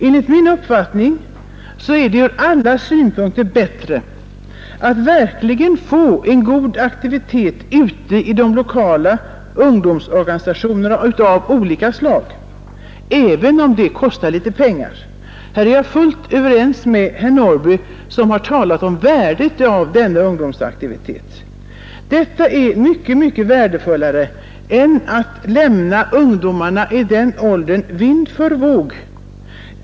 Enligt min uppfattning är det ur alla synpunkter bättre att verkligen få en god aktivitet ute i de lokala ungdomsorganisationerna av olika slag, även om det kostar pengar. Här är jag fullt överens med herr Norrby som talade om värdet av denna ungdomsaktivitet. Detta är mycket värdefullare än att lämna ungdomarna i den åldern vind för våg.